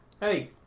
Hey